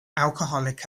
alcoholic